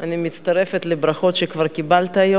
אין מתנגדים.